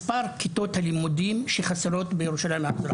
והוא מספר כיתות הלימוד החסרות בירושלים.